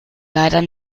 leider